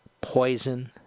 poison